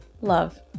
Love